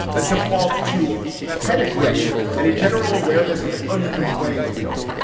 a default to pedigree and a general awareness of an uneven playing field.